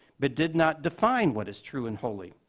but did not define what is true and holy.